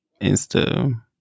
Insta